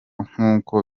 nk’uko